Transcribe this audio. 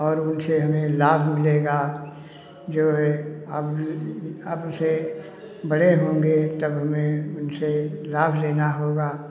और उनसे हमें लाभ मिलेगा जो है अब अब से बड़े होंगे तब हमें उनसे लाभ लेना होगा